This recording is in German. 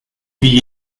wie